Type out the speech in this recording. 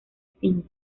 cinc